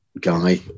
guy